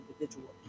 individual